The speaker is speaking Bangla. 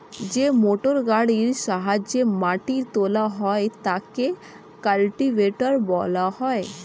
যে মোটরগাড়ির সাহায্যে মাটি তোলা হয় তাকে কাল্টিভেটর বলা হয়